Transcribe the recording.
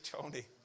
Tony